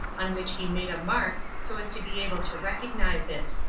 on which he made a mark so as to be able to recognise it.